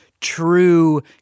true